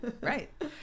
Right